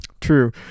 True